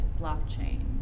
blockchain